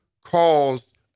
caused